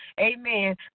Amen